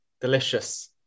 Delicious